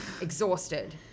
exhausted